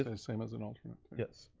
the same as an alternate. yes.